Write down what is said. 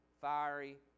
fiery